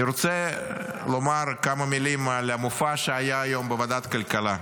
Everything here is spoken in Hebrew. אני רוצה לומר כמה מילים על המופע שהיה היום בוועדת הכלכלה,